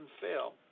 fail